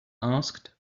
asked